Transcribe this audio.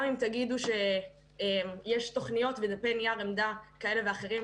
גם אם תגידו שיש תוכניות וניירות עמדה כאלה ואחרים,